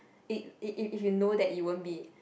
if you know that it won't be